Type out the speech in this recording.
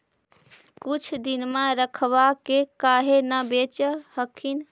कुछ दिनमा रखबा के काहे न बेच हखिन?